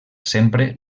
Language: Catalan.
sempre